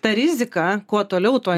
ta rizika kuo toliau tuo